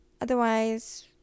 Otherwise